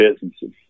businesses